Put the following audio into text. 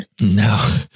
No